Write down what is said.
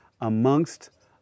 amongst